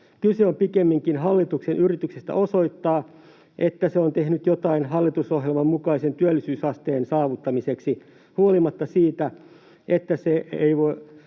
Kyse on pikemminkin hallituksen yrityksistä osoittaa, että se on tehnyt jotain hallitusohjelman mukaisen työllisyysasteen saavuttamiseksi huolimatta siitä, että se voi